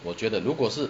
我觉得如果是